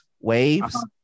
waves